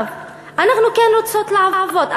אנחנו כן רוצות לעבוד,